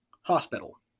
Hospital